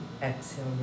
Exhale